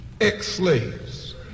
ex-slaves